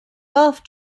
golf